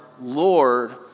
Lord